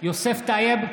יוסף טייב,